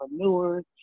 entrepreneurs